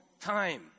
time